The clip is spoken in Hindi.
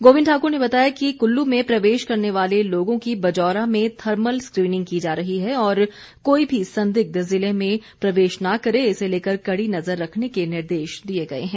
गोबिंद ठाकुर ने बताया कि कुल्लू में प्रवेश करने वाले लोगों की बजौरा में थर्मल स्क्रीनिंग की जा रही है ओर कोई भी संदिग्ध जिले में प्रवेश न करे इसे लेकर कड़ी नजर रखने के निर्देश दिए गए हैं